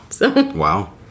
Wow